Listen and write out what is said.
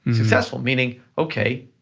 successful. meaning, okay,